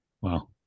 Wow